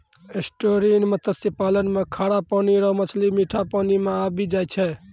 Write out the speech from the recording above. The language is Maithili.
एस्टुअरिन मत्स्य पालन मे खारा पानी रो मछली मीठा पानी मे आबी जाय छै